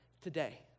today